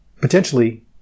potentially